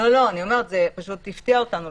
זה פשוט הפתיע אותנו.